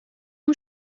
اون